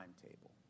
timetable